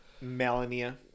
Melania